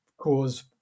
cause